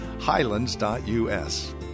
Highlands.us